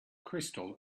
crystal